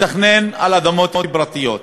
לתכנן על אדמות פרטיות.